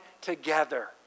together